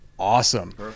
Awesome